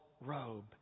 robe